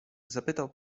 zapytał